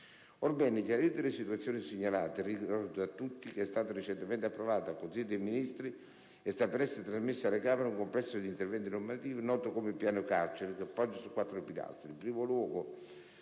Orbene, chiarite le situazioni segnalate, ricordo a tutti che è stato recentemente approvato dal Consiglio dei ministri, e sta per essere trasmesso alle Camere, un complesso di interventi normativi, noto come "Piano carceri", che poggia su quattro pilastri.